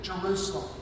Jerusalem